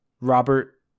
Robert